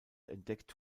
entdeckt